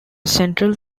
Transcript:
central